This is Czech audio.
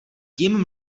kým